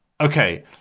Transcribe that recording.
Okay